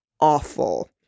awful